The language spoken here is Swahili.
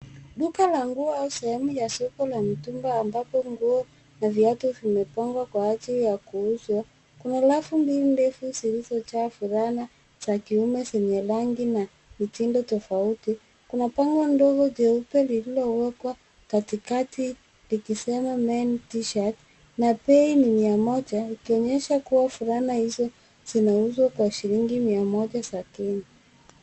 Duka la nguo au sehemu ya soko la mitumba ambapo nguo na viatu vimepangwa kwa ajili ya kuuzwa. Kuna rafu mbili ndefu zilizojaa fulana za kiume zenye rangi na mtindo tofauti. Kuna bango ndogo jeupe lilowekwa katikati likisema Men T-shirt na bei ni mia moja, ikionyesha kuwa fulana hizo zinauzwa kwa shilingi mia moja za Kenya.